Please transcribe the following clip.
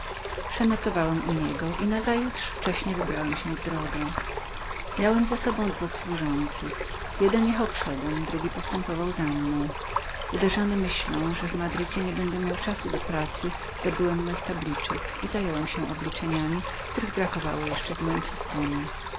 przenocowałem u niego i nazajutrz wcześnie wybrałem się w drogę miałem z sobą dwóch służących jeden jechał naprzód drugi postępował za mną uderzony myślą że w madrycie nie będę miał czasu do pracy dobyłem moich tabliczek i zająłem się zwykłemi wyrachowaniami zwłaszcza zaś temi których brakowało jeszcze w moim systemie